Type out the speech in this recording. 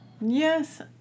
yes